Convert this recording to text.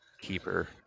keeper